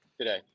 today